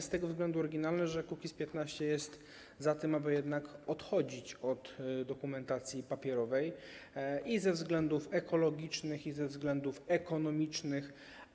Z tego względu oryginalne, że Kukiz’15 jest za tym, aby jednak odchodzić od dokumentacji papierowej i ze względów ekologicznych, i ze względów ekonomicznych.